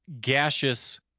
gaseous